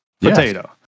Potato